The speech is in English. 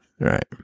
right